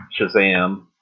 Shazam